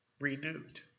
renewed